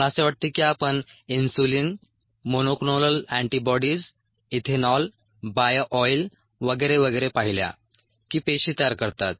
मला असे वाटते की आपण insulin monoclonal antibodies ethanol bio oil वगैरे वगैरे पाहिले की पेशी तयार करतात